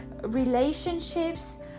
relationships